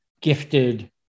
gifted